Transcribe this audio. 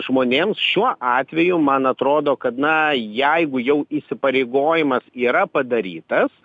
žmonėms šiuo atveju man atrodo kad na jeigu jau įsipareigojimas yra padarytas